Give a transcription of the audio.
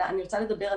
תחילה לדבר על